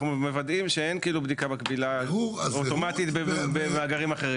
אנחנו מוודאים שאין בדיקה מקבילה אוטומטית במאגרים אחרים.